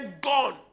gone